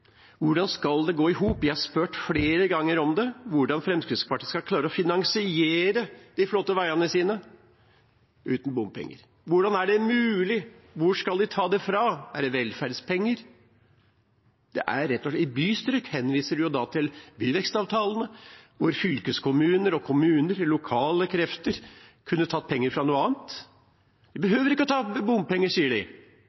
Hvordan skal det gå i hop? Jeg har spurt flere ganger om hvordan Fremskrittspartiet skal klare å finansiere de flotte veiene sine uten bompenger. Hvordan er det mulig? Hvor skal de ta det fra? Er det velferdspenger? I bystyret henviser man til byvekstavtalene, hvor fylkeskommuner, kommuner og de lokale krefter kunne tatt penger fra noe annet.